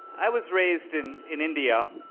i was raised in in india,